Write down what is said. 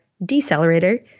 decelerator